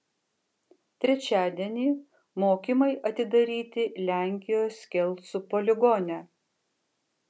trečiadienį mokymai atidaryti lenkijos kelcų poligone